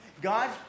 God